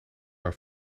haar